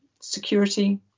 security